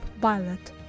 Violet